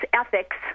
ethics